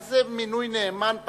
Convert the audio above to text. מה זה מינוי נאמן?